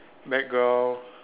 background